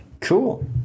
Cool